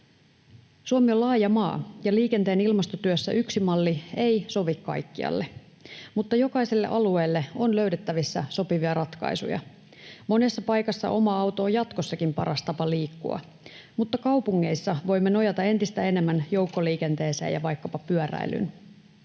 Suomi on laaja maa, ja liikenteen ilmastotyössä yksi malli ei sovi kaikkialle, mutta jokaiselle alueelle on löydettävissä sopivia ratkaisuja. Monessa paikassa oma auto on jatkossakin paras tapa liikkua, mutta kaupungeissa voimme nojata entistä enemmän joukkoliikenteeseen ja vaikkapa pyöräilyyn.